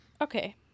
Okay